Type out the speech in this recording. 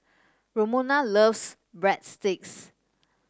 Romona loves Breadsticks